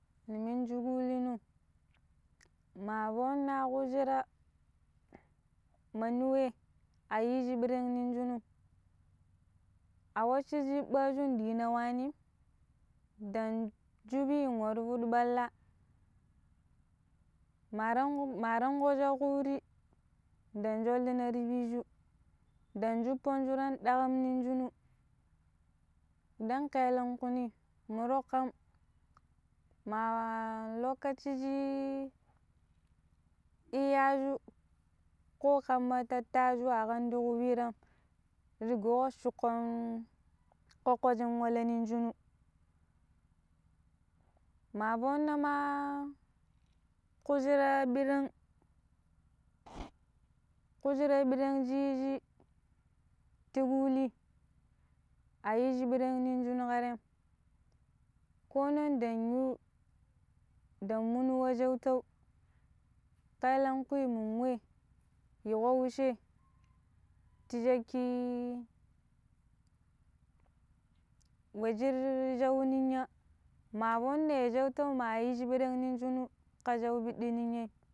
ni minji ƙulino ma foona ku shira manni wei a yiji ɓiran nin shinum a wacchiji chiɓɓaju ɗina wanim ɗang shuɓi waru fuɗu ɓalla, ma tan ma tan ƙo sha kuri ɗang shollina non shinu ɗang shuppon shuran ɗaƙam nin shinu ɗon kelenkwu ni? muro kam ma lokaci shi iyaju ko kamma tattayu a kamum tuƙu piram rigguƙo shuƙƙon ƙoƙƙo shin wala nin shinu ma foona ma kushira ɓrang kushira ɓrang ci ci ti buni a yi shin ɓrang nin shinum ka tem kon non ɗang yu ɗang munu wu shutau kaelenƙwi mun wei yiƙo wucche ti cakki we shir shau ninya ma foona ya shau tau ma yiji birang nin shinu ka shau piɗɗi ninyem